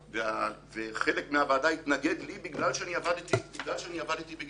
וחלק מהוועדה התנגד לי בגלל שאני עבדתי בגיור.